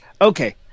Okay